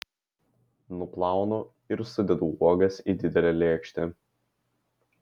nuplaunu ir sudedu uogas į didelę lėkštę